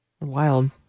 Wild